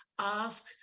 Ask